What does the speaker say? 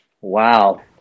wow